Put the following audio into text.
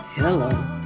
Hello